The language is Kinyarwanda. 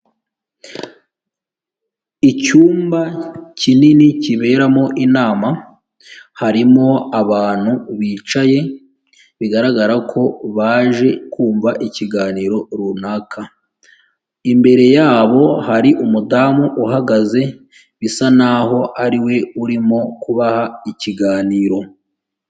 Icyumba kinini kiberamo inama harimo abantu bicaye bigaragara ko baje kumva ikiganiro runaka, imbere yabo hari umudamu uhagaze bisa naho ariwe urimo kubaha ikiganiro.